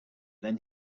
then